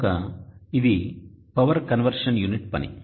కనుక ఇది power conversion unit పని